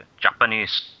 Japanese